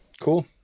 Cool